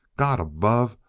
god above,